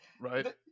Right